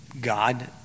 God